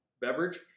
beverage